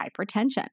hypertension